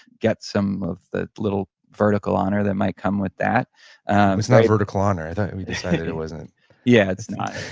get some of the little vertical honor that might come with that um it's not vertical honor thought we decided it wasn't yeah, it's not.